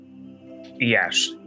Yes